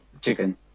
chicken